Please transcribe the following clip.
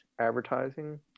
advertising